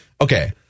Okay